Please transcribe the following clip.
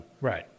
Right